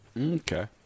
Okay